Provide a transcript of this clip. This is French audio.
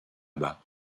bas